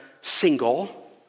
single